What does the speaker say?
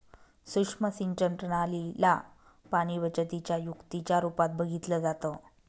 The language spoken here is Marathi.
सुक्ष्म सिंचन प्रणाली ला पाणीबचतीच्या युक्तीच्या रूपात बघितलं जातं